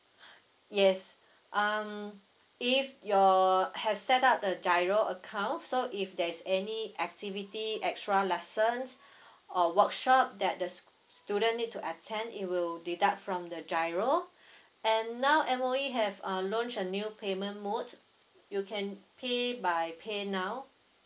yes um if your has set up the giro account so if there is any activity extra lessons or workshop that the school student need to attend it will deduct from the giro and now M_O_E have uh launch a new payment mode you can pay by pay now